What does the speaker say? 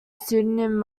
pseudonym